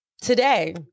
today